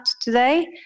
today